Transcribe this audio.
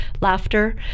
laughter